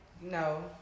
no